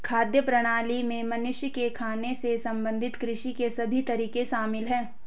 खाद्य प्रणाली में मनुष्य के खाने से संबंधित कृषि के सभी तरीके शामिल है